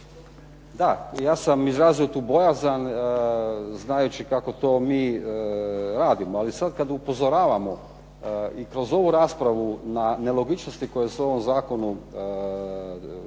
Da, ja sam izrazio tu bojazan znajući kako to mi radimo. Ali sada kada mi upozoravamo i kroz ovu raspravu na nelogičnosti koji su u ovom zakonu su napisane,